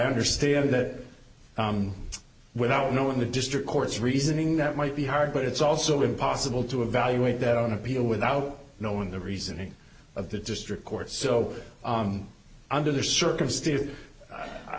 understand that without knowing the district court's reasoning that might be hard but it's also impossible to evaluate that on appeal without knowing the reasoning of the district court so under the circumstances i